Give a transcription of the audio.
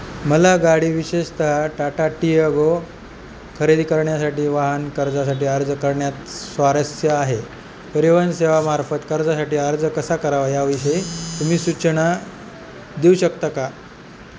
मला गाडी विशेषतः टाटा टियागो खरेदी करण्यासाठी वाहन कर्जासाठी अर्ज करण्यात स्वारस्य आहे परिवहन सेवामार्फत कर्जासाठी अर्ज कसा करावा या विषयी तुम्ही सूचना देऊ शकता का